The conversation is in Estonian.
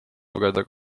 lugeda